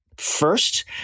first